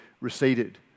receded